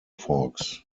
forks